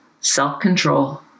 self-control